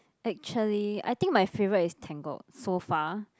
actually I think my favorite is Tangled so far